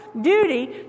duty